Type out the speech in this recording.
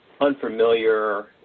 unfamiliar